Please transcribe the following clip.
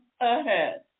ahead